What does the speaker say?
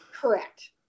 Correct